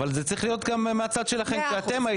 אבל זה צריך להיות גם מהצד שלכם כשאתם הייתם פה.